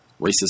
racist